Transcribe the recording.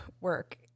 work